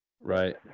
Right